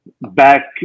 back